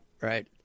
right